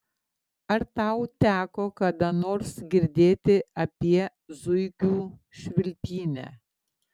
ar tau teko kada nors girdėti apie zuikių švilpynę